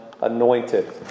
anointed